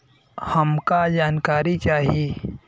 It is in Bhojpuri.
हमका जानकारी चाही?